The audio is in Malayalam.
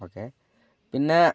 ഓക്കേ പിന്നെ